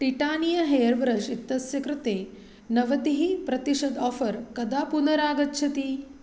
Titania hair brush इत्यस्य कृते नवतिप्रतिशतम् आफर् कदा पुनरागच्छति